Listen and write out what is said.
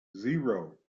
zero